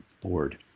board